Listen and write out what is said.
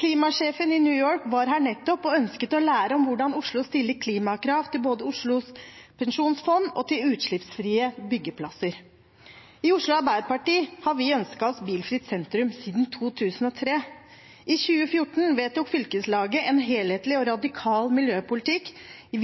Klimasjefen i New York var her nettopp og ønsket å lære om hvordan Oslo stiller klimakrav til både Oslos pensjonsfond og til utslippsfrie byggeplasser. I Oslo Arbeiderparti har vi ønsket oss bilfritt sentrum siden 2003. I 2014 vedtok fylkeslaget en helhetlig og radikal miljøpolitikk